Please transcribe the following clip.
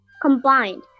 combined